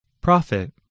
Profit